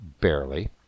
barely